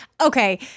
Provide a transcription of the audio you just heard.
Okay